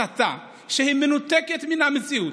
את מובילה כאן הסתה שהיא מנותקת מן המציאות,